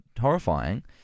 horrifying